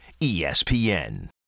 ESPN